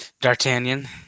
D'Artagnan